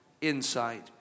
insight